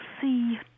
see